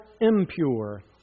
impure